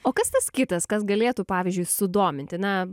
o kas tas kitas kas galėtų pavyzdžiui sudominti na